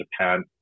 Japan